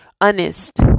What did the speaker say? honest